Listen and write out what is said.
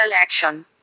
action